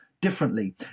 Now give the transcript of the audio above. differently